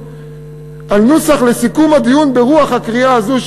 על נוסח לסיכום הדיון ברוח הקריאה הזאת,